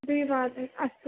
द्विवादने अस्